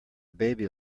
baby